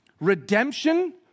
Redemption